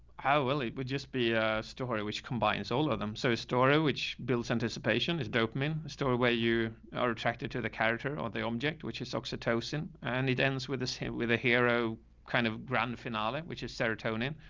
how willie would just be a story which combines all of them. so story, which builds anticipation is dopamine story where you are attracted to the character or the object, which is oxytocin. and it ends with the same with the hero kind of grounded phenomenon, which is serotonin.